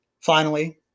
Finally